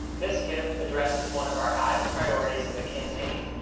this gift addresses one of our highest priorities in the campaign,